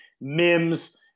Mims